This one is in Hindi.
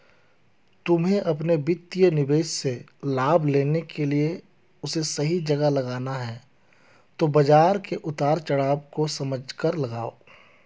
तुम्हे अपने वित्तीय निवेश से लाभ लेने के लिए उसे सही जगह लगाना है तो बाज़ार के उतार चड़ाव को समझकर लगाओ